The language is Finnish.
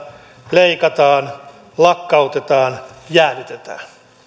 leikataan lakkautetaan jäädytetään